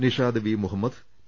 Nishad V Muhammad P